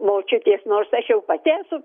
močiutės nors aš jau pati esu